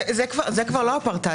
זה כבר לא הפרטה.